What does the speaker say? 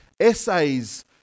Essays